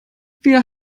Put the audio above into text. wir